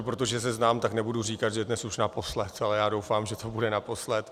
Protože se znám, tak nebudu říkat, že dnes už naposledy, ale já doufám, že to bude naposledy.